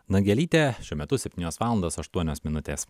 nagelytė šiuo metu septynios valandos aštuonios minutės